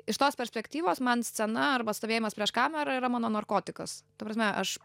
iš tos perspektyvos man scena arba stovėjimas prieš kamerą yra mano narkotikas ta prasme aš